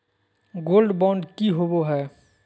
Gold bond की होबो है?